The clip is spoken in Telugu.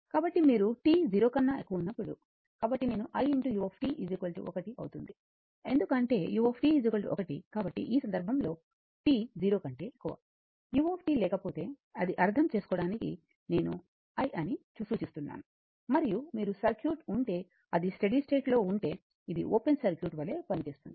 కాబట్టి మీరు t 0 కన్నా ఎక్కువ ఉన్నప్పుడు కాబట్టి నేను Iu I అవుతుంది ఎందుకంటే u 1 కాబట్టి ఈ సందర్భంలో t 0 కంటే ఎక్కువ u లేకపోతే అది అర్థం చేసుకోవడానికి నేను I అని సూచిస్తున్నాను మరియు మీరు సర్క్యూట్ ఉంటే అది స్టడీ స్టేట్ లో ఉంటే ఇది ఓపెన్ సర్క్యూట్ వలె పనిచేస్తుంది